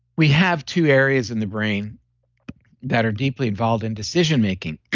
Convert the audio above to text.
we have two areas in the brain that are deeply involved in decision making.